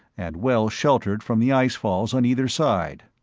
and well-sheltered from the icefalls on either side.